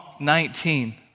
19